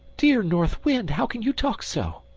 dear north wind! how can you talk so?